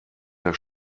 das